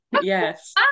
yes